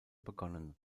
begonnen